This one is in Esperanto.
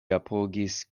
apogis